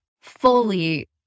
fully